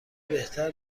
بهتر